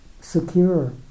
secure